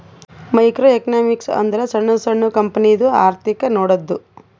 micro economics ಅಂದುರ್ ಸಣ್ಣು ಸಣ್ಣು ಕಂಪನಿದು ಅರ್ಥಿಕ್ ನೋಡದ್ದು